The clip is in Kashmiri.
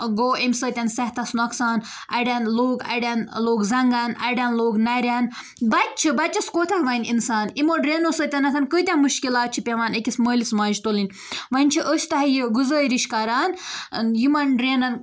گوٚو اَمہِ سۭتۍ صحتَس نۄقصان اَڑٮ۪ن لوگ اَڑٮ۪ن لوٚگ زَنٛگَن اَڑٮ۪ن لوٚگ نَرٮ۪ن بَچہِ چھِ بَچَس کوتاہ وَنہِ اِنسان یِمو ڈرٛینو سۭتٮ۪نتھ کۭتیٛاہ مُشکِلات چھِ پٮ۪وان أکِس مٲلِس ماجہِ تُلٕنۍ وۄنۍ چھِ أسۍ تۄہہِ یہِ گُزٲرِش کَران یِمَن ڈرٛینَن